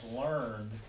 learned